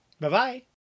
Bye-bye